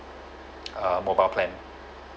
a mobile plan